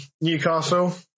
Newcastle